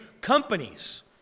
companies